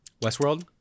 Westworld